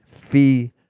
Fee